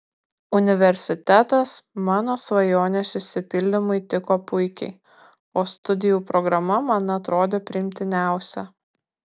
universitetas mano svajonės išsipildymui tiko puikiai o studijų programa man atrodė priimtiniausia